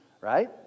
right